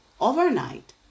overnight